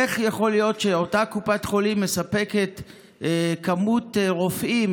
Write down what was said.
איך יכול להיות שאותה קופת חולים מספקת במרכז מספר רופאים